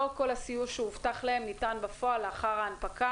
לא כל הסיוע שהובטח להם ניתן בפועל לאחר ההנפקה,